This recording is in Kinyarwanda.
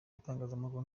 itangazamakuru